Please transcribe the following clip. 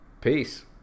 peace